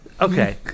Okay